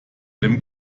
dem